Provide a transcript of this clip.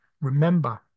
remember